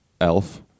Elf